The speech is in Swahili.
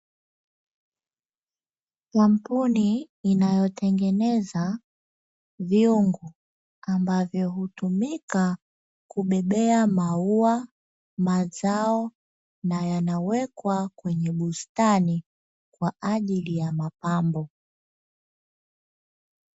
Kampuni inayotengeneza vyungu ambavyo hutumika kubebea maua, mazao na yanawekwa kwenye bustani kwa ajili ya mapambo.